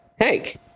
Hank